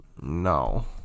No